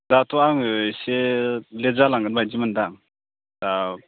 दाथ' आङो इसे लेट जालांगोन बायदि मोनदों आं औ